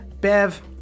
Bev